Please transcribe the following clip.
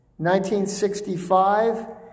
1965